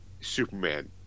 Superman